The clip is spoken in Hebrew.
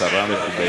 גילה שרה מכובדת.